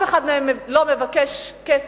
אף אחד מהם לא מבקש כסף,